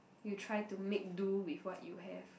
you try to make do with what you have